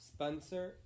Spencer